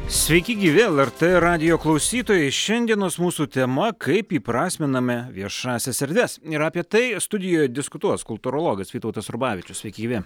sveiki gyvi lrt radijo klausytojai šiandienos mūsų tema kaip įprasminame viešąsias erdves ir apie tai studijoje diskutuos kultūrologas vytautas rubavičius sveiki gyvi